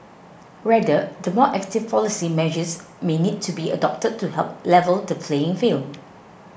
rather the more active policy measures may need to be adopted to help level the playing field